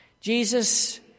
Jesus